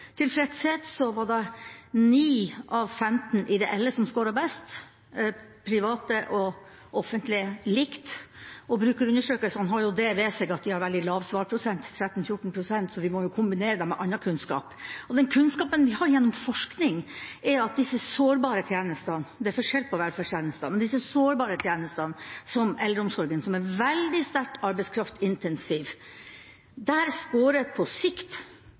ved seg at de har en veldig lav svarprosent, 13–14 pst, så vi må kombinere dette med annen kunnskap. Den kunnskapen vi har fått gjennom forskning om disse sårbare tjenestene – det er forskjell på velferdstjenestene – som eldreomsorgen, som er veldig sterkt arbeidskraftintensiv,